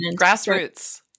Grassroots